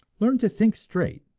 learn to think straight!